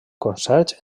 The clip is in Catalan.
concerts